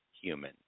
human